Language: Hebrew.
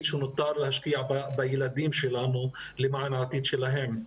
שנותר להשקיע בילדים שלנו למען העתיד שלהם.